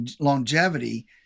longevity